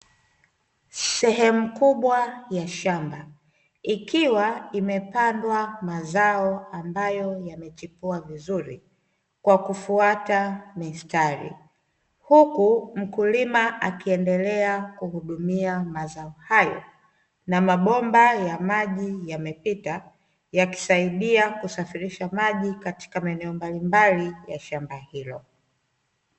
Sehemu kubwa ya shamba ikiwa imepandwa mazao ambayo yamechipua vizuri kwa kufuata mistari, huku mkulima akiendelea kuhudumia mazao hayo na mabomba ya maji yamepita yakisaidia kusafirisha maji katika maeneo mbalimbali ya shamba hilo.